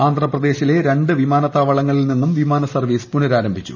ആന്ധ്രാപ്രദേശിലെ രണ്ട് വിമാനത്താവളങ്ങളിൽ നിന്നും വിമാന സർവ്വീസ് പുനഃരാരംഭിച്ചു